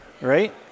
right